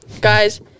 Guys